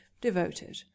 devoted